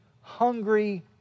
hungry